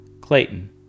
Clayton